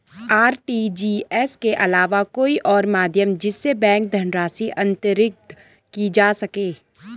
RTGS के अलावा कोई और माध्यम जिससे बैंक धनराशि अंतरित की जा सके?